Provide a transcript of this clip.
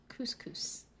Couscous